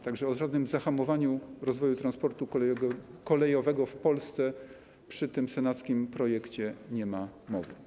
Tak że o żadnym zahamowaniu rozwoju transportu kolejowego w Polsce przy tym senackim projekcie nie ma mowy.